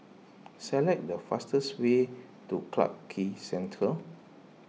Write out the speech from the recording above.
select the fastest way to Clarke Quay Central